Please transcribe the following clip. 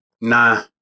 Nah